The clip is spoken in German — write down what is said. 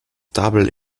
double